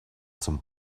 zum